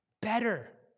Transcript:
Better